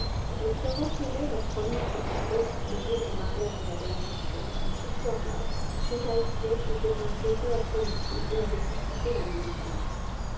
elle se rappelait leur premier tête à tête le jour du mariage de mme weston mais ce soir-là m knightley était entré peu après le thé et avait dissipé la mélancolie